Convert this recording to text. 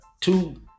two